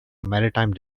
maritime